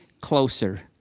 closer